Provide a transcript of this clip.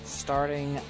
starting